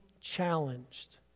challenged